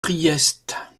priest